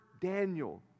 Daniel